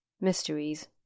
mysteries